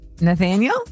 Nathaniel